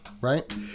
Right